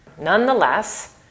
Nonetheless